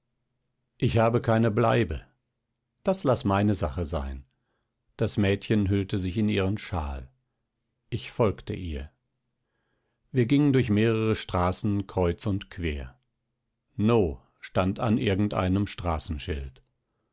ich habe keine bleibe das laß meine sache sein das mädchen hüllte sich in ihren schal ich folgte ihr wir gingen durch mehrere straßen kreuz und quer no stand an irgendeinem straßenschild